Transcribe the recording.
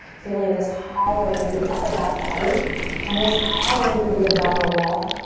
feeling this hollowing through the upper back body and this hollowing through the abdominal wall.